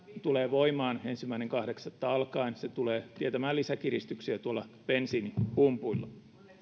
tulee voimaan ensimmäinen kahdeksatta alkaen ja se tulee tietämään lisäkiristyksiä tuolla bensiinipumpuilla